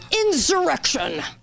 insurrection